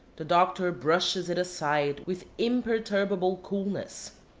the doctor brushes it aside with imperturbable coolness.